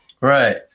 Right